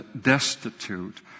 destitute